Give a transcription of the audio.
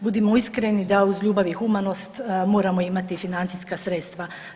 Budimo iskreni da uz ljubav i humanost moramo imati i financijska sredstva.